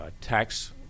tax